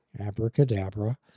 abracadabra